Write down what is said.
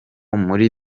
muri